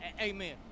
Amen